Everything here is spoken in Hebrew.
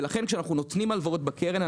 לכן כשאנחנו נותנים הלוואות בקרן,